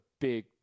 big